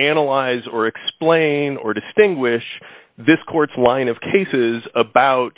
analyze or explain or distinguish this court's line of cases about